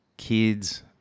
Kids